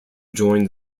joined